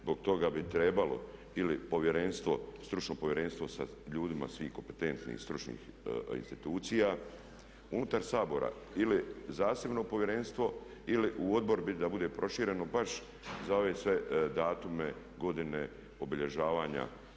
Zbog toga bi trebalo ili povjerenstvo, stručno povjerenstvo sa ljudima svim kompetentnim i stručnim institucijama, unutar Sabora ili zasebno povjerenstvo ili u Odbor da bude prošireno baš za ove sve datume, godine, obilježavanja.